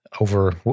over